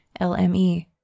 LME